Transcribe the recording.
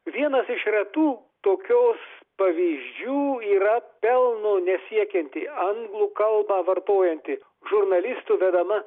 vienas iš retų tokios pavyzdžių yra pelno nesiekianti anglų kalbą vartojanti žurnalistų vedama